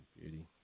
beauty